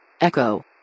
echo